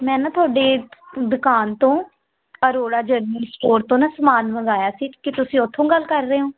ਮੈਂ ਨਾ ਤੁਹਾਡੀ ਦੁਕਾਨ ਤੋਂ ਅਰੋੜਾ ਜਰਨਲ ਸਟੋਰ ਤੋਂ ਨਾ ਸਮਾਨ ਮੰਗਾਇਆ ਸੀ ਕਿ ਤੁਸੀਂ ਉਥੋਂ ਗੱਲ ਕਰ ਰਹੇ ਹੋ